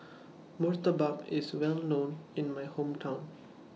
Murtabak IS Well known in My Hometown